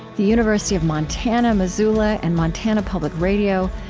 the university of montana-missoula and montana public radio,